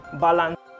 balance